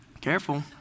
Careful